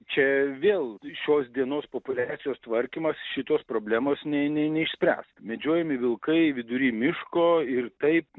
čia vėl šios dienos populiacijos tvarkymas šitos problemos ne ne neišspręs medžiojami vilkai vidury miško ir taip